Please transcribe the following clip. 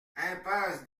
impasse